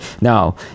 Now